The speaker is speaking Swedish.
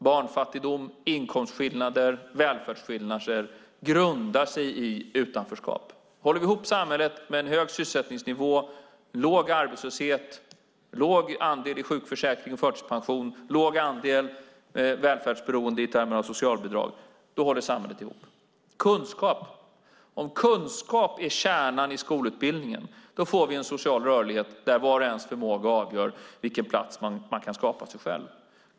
Barnfattigdom, inkomstskillnader och välfärdsskillnader grundar sig i utanförskap. Håller vi ihop samhället med en hög sysselsättningsnivå, låg arbetslöshet, låg andel i sjukförsäkring och förtidspension, låg andel välfärdsberoende i termer av socialbidrag, då håller samhället ihop. En annan är kunskap. Om kunskap är kärnan i skolutbildningen får vi en social rörlighet där vars och ens förmåga avgör vilken plats man kan skapa sig själv.